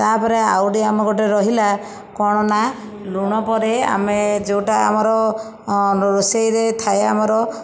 ତାପରେ ଆହୁରି ଆମ ଗୋଟିଏ ରହିଲା କଣ ନା ଲୁଣ ପରେ ଆମେ ଯେଉଁଟା ଆମର ରୋଷେଇରେ ଥାଏ ଆମର